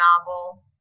novel